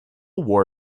war